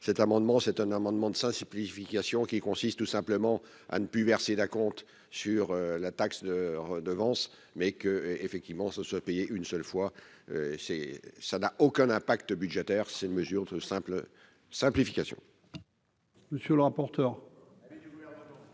cet amendement c'est un amendement de ça c'est planification qui consiste tout simplement à ne plus verser d'acompte sur la taxe de redevance mais que, effectivement, ce soit payer une seule fois c'est ça n'a aucun impact budgétaire, c'est une mesure de simple simplification.